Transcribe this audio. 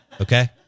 Okay